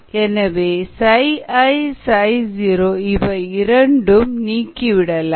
எனவே 𝜌𝑖 𝜌𝑜 இவை இரண்டையும் நீக்கிவிடலாம்